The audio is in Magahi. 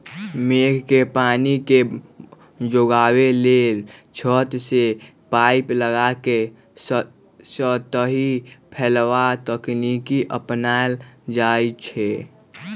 मेघ के पानी के जोगाबे लेल छत से पाइप लगा के सतही फैलाव तकनीकी अपनायल जाई छै